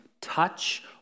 touch